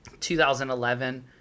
2011